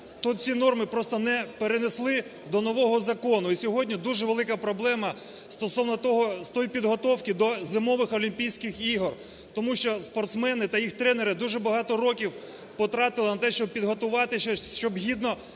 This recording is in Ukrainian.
то ці норми просто не перенесли до нового закону. І сьогодні дуже велика проблема стосовно того, тої підготовки до Зимових олімпійських ігор, тому що спортсмени та їх тренери дуже багато років потратили на те, щоб підготуватись, щоб гідно